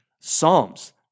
psalms